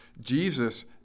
Jesus